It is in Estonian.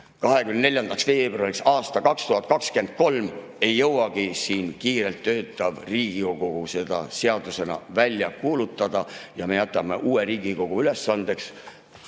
24. veebruariks aastal 2023 ei jõua kiirelt töötav Riigikogu seda seadusena välja kuulutada ja me jätame uue Riigikogu ülesandeks